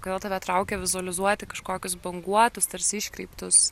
kodėl tave traukia vizualizuoti kažkokius banguotus tarsi iškreiptus